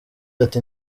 ati